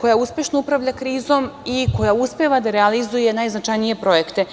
koja uspešno upravlja krizom i koja uspeva da realizuje najznačajnije projekte.